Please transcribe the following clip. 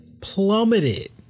plummeted